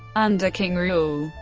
under qing rule,